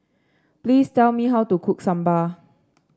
please tell me how to cook sambal